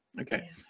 Okay